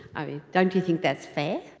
i mean, don't you think that's fair?